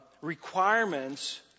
requirements